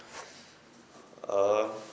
um